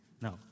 No